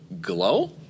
glow